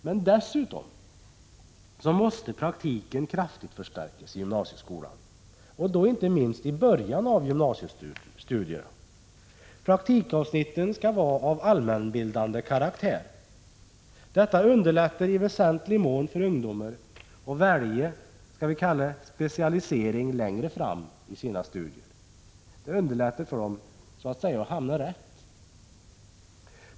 Men dessutom måste praktiken kraftigt förstärkas i gymnasieskolan, och då inte minst i början av gymnasiestudierna. Praktikavsnitten skall vara av allmänbildande karaktär. Detta underlättar i väsentlig mån för ungdomar att välja vad vi kan kalla specialisering längre fram i sina studier — det underlättar för dem att hamna rätt.